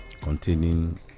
containing